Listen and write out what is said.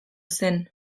zen